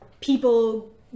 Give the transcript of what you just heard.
people